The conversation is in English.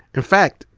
in fact,